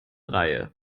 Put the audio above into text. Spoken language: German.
reihe